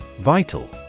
Vital